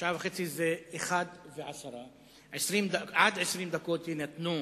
שעה וחצי זה 13:10. עד 20 דקות יינתנו